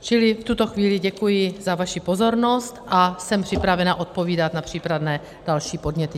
V tuto chvíli děkuji za vaši pozornost a jsem připravena odpovídat na případné další podněty.